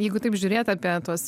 jeigu taip žiūrėt apie tuos